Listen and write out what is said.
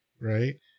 right